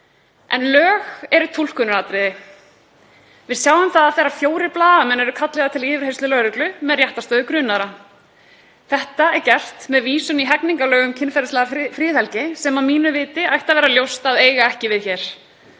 En lög eru túlkunaratriði. Við sjáum það þegar fjórir blaðamenn eru kallaðar til yfirheyrslu lögreglu með réttarstöðu grunaðra. Það er gert með vísun í hegningarlög um kynferðislega friðhelgi sem að mínu viti ætti að vera ljóst að eiga ekki við hér.